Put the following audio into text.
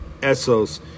Essos